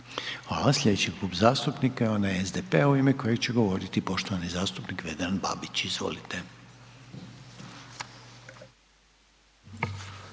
Hvala. Slijedeći Klub zastupnika je onaj SDP-a u ime kojeg će govoriti poštovani zastupnik Vedran Babić, izvolite.